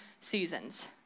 seasons